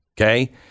Okay